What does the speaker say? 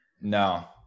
No